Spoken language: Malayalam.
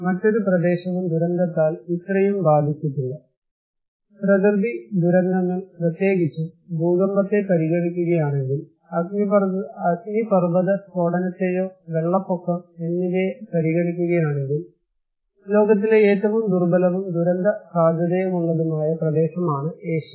മറ്റൊരു പ്രദേശവും ദുരന്തത്താൽ ഇത്രയും ബാധിച്ചിട്ടില്ല പ്രകൃതി ദുരന്തങ്ങൾ പ്രത്യേകിച്ചും ഭൂകമ്പത്തെ പരിഗണിക്കുകയാണെങ്കിൽ അഗ്നിപർവ്വത സ്ഫോടനത്തെയോ വെള്ളപ്പൊക്കം എന്നിവയെ പരിഗണിക്കുകയാണെങ്കിൽ ലോകത്തിലെ ഏറ്റവും ദുർബലവും ദുരന്ത സാധ്യതയുള്ളതുമായ പ്രദേശമാണ് ഏഷ്യ